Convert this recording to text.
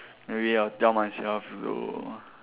maybe I'll tell myself to